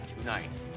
tonight